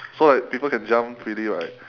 so like people can jump freely right